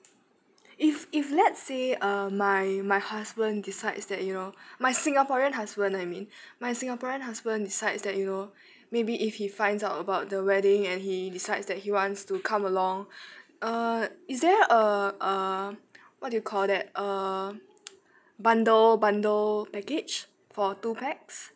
if if let's say uh my my husband decides that you know my singaporean husband I mean my singaporean husband decides that you know maybe if he finds out about the wedding and he decides that he wants to come along uh is there a uh what do you call that a bundle bundle package for two pax